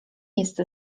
jest